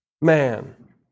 man